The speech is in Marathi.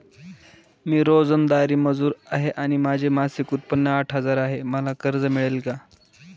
मी रोजंदारी मजूर आहे आणि माझे मासिक उत्त्पन्न आठ हजार आहे, मला कर्ज मिळेल का?